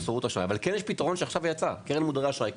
אבל כן יש פתרון שעכשיו יצא קרן מודרי אשראי.